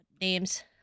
names